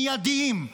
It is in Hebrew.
מיידיים,